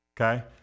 okay